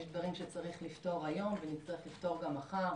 יש דברים שצריך לפתור היום ונצטרך לפתור גם מחר.